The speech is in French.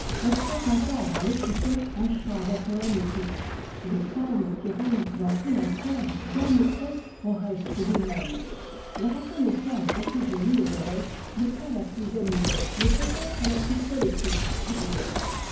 on croit entendre en l'écoutant un chant d'un poëme épique et le calme qui règne dans tout l'ensemble gagne presque oreste lui-même la reconnaissance d'jphigénie et d'oreste n'est pas la plus animée mais peutêtre la plus poétique qu'il y